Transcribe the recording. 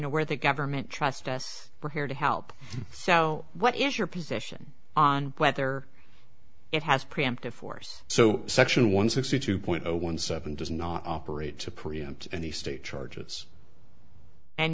know where the government trust us we're here to help so what is your position on whether it has preempted force so section one sixty two point zero one seven does not operate to preempt any state charges and